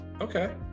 Okay